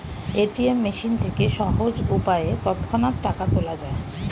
ATM machine থেকে সহজ উপায়ে তৎক্ষণাৎ টাকা তোলা যায়